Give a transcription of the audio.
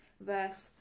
verse